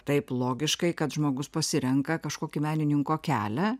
taip logiškai kad žmogus pasirenka kažkokį menininko kelią